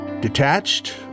detached